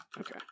Okay